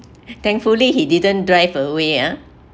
thankfully he didn't drive away ah